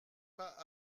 pas